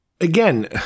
again